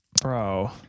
bro